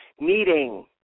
meeting